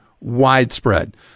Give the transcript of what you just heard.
widespread